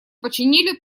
починили